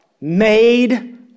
made